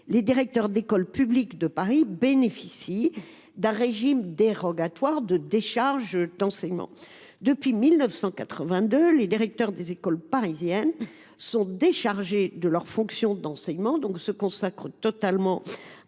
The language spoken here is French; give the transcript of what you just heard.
les directeurs des écoles publiques de Paris bénéficient d’un régime dérogatoire de décharges d’enseignement. Depuis 1982, les directeurs des écoles parisiennes sont ainsi déchargés de leurs fonctions d’enseignement, se consacrant totalement